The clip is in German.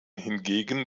hingegen